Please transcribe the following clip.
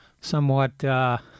somewhat